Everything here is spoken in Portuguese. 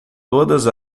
todas